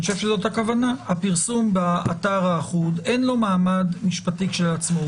ואני חושב שזאת הכוונה: הפרסום באתר האחוד אין לו מעמד משפטי כשלעצמו,